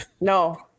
no